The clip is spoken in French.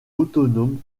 autonome